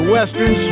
Western